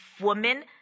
woman